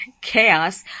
chaos